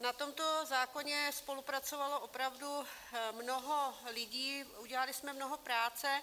Na tomto zákoně spolupracovalo opravdu mnoho lidí, udělali jsme mnoho práce.